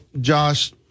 Josh